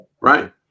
Right